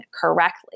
correctly